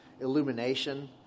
illumination